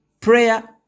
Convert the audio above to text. Prayer